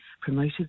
promoted